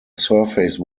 surface